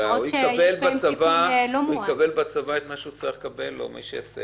הוא יקבל בצבא את מה שהוא צריך לקבל על מה שהוא עשה.